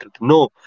No